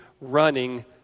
running